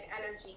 energy